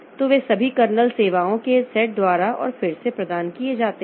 तो वे सभी कर्नेल सेवाओं के सेट द्वारा और फिर से प्रदान किए जाते हैं